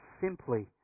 simply